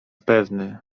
pewny